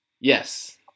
Yes